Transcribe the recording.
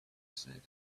said